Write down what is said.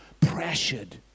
pressured